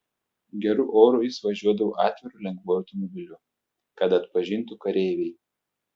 geru oru jis važiuodavo atviru lengvuoju automobiliu kad atpažintų kareiviai